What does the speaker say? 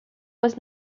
was